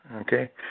Okay